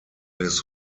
his